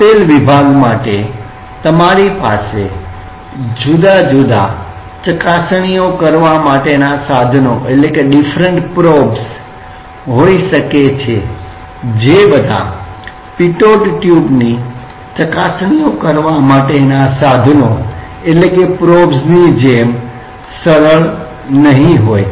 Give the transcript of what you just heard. આપેલ વિભાગ માટે તમારી પાસે જુદા જુદા ચકાસણીઓ કરવા માટેના સાધનો હોઈ શકે છે જે બધા પિટોટ ટ્યુબની ચકાસણીઓ કરવા માટેના સાધનો ની જેમ સરળ નહીં હોય